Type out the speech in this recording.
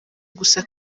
gusa